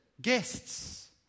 guests